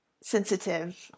sensitive